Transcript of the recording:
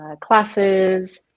classes